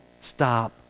stop